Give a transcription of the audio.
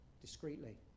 discreetly